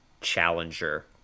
challenger